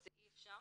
אי אפשר